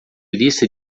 lista